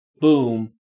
boom